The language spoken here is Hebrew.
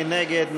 מי נגד?